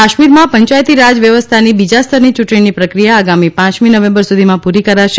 કાશ્મીરમાં પંચાયતી રાજ વ્યવસ્થાની બીજા સ્તરની ચૂંટણીની પ્રક્રિયા આગામી પાંચમી નવેમ્બર સુધીમાં પૂરી કરાશે